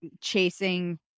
chasing